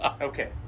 Okay